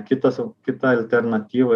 kitas kita alternatyva